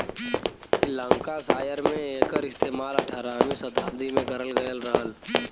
Lancashire में एकर इस्तेमाल अठारहवीं सताब्दी में करल गयल रहल